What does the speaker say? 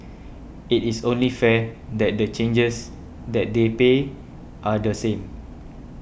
it is only fair that the charges that they pay are the same